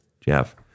Jeff